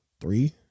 three